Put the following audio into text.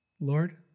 Lord